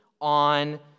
on